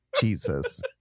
Jesus